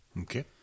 Okay